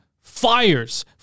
Fires